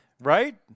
Right